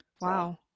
Wow